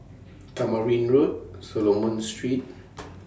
Tamarind Road Solomon Street